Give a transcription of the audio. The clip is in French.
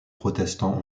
protestants